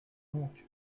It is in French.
donc